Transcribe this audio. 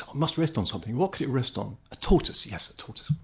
must rest on something, what can it rest on? a tortoise, yes a tortoise.